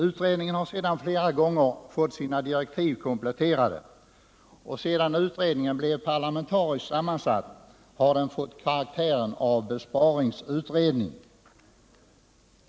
Utredningen har sedan flera gånger fått sina direktiv kompletterade. Sedan den blivit parlamentariskt sammansatt har den fått karaktären av besparingsutredning.